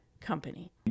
company